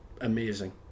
amazing